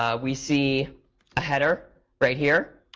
ah we see a header right here.